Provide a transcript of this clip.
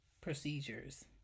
procedures